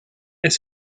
elle